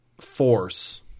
force